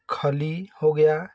खली हो गया